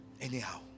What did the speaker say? anyhow